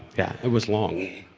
yeah it was long.